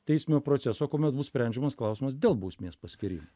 teisinio proceso kuomet bus sprendžiamas klausimas dėl bausmės paskyrimo